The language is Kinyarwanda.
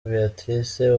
béatrice